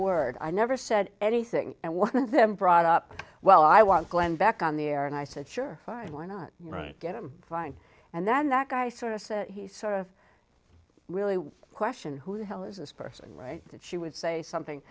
word i never said anything and one of them brought up well i want glenn back on the air and i said sure why not right get him flying and then that guy sort of said he sort of really question who the hell is this person right that she would say something